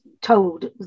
told